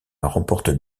remporte